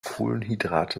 kohlenhydrate